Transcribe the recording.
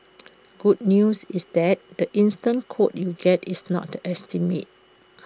good news is that the instant quote you get is not the estimate